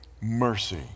mercy